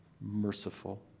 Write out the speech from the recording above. merciful